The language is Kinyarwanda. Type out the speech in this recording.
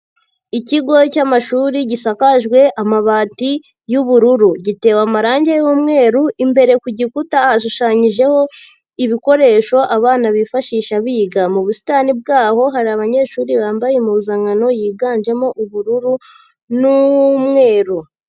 Ikigo cy'amashuri gisakajwe amabati y'ubururu. Gitewe amarangi yu'mweru. Imbere ku gikuta hashushanyijeho ibikoresho abana bifashisha biga. Mu busitani bwaho hari abanyeshuri bambaye impuzankano yiganjemo ubururu n'umweru.